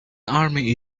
army